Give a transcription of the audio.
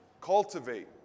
cultivate